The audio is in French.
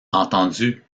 entendu